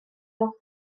noch